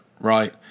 right